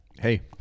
Hey